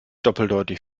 doppeldeutig